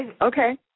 okay